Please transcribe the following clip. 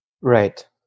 Right